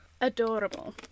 Adorable